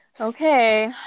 Okay